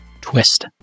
twist